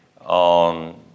on